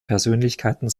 persönlichkeiten